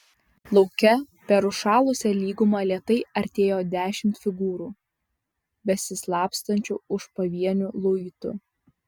lauke per užšalusią lygumą lėtai artėjo dešimt figūrų besislapstančių už pavienių luitų